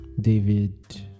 David